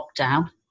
lockdown